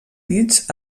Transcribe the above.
dits